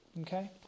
Okay